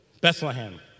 Bethlehem